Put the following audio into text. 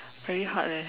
very hard leh